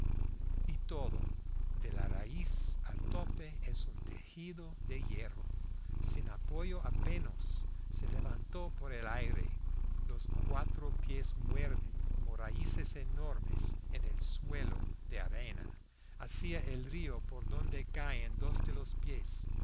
y todo de la raíz al tope es un tejido de hierro sin apoyo apenas se levantó por el aire los cuatro pies muerden como raíces enormes en el suelo de arena hacia el río por donde caen dos de los pies